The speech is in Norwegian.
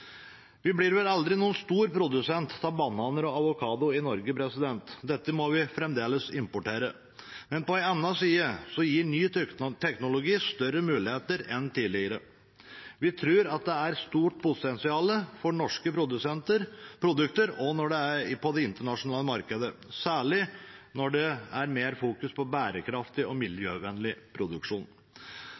Vi blir vel aldri noen stor produsent av bananer og avokado i Norge, dette må vi fremdeles importere, men på en annen side gir ny teknologi større muligheter enn tidligere. Vi tror det er stort potensial for norske produkter på det internasjonale markedet, særlig når det fokuseres på bærekraftig og miljøvennlig produksjon.